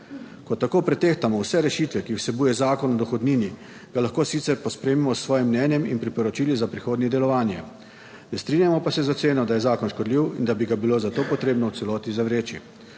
Ko tako pretehtamo vse rešitve, ki jih vsebuje zakon o dohodnini, ga lahko sicer pospremimo s svojim mnenjem in priporočili za prihodnje delovanje, ne strinjamo pa se z oceno, da je zakon škodljiv in da bi ga bilo za to potrebno v celoti zavreči.